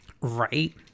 Right